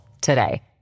today